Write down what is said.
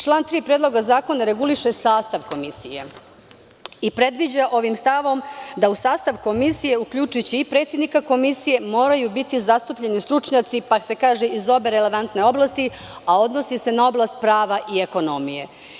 Član 3. Predloga zakona reguliše sastav komisije i predviđa ovim stavom da u sastav komisije, uključujući i predsednika komisije, moraju biti zastupljeni stručnjaci: „iz obe relevantne oblasti“, a odnosi se na oblast prava i ekonomije.